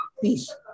peace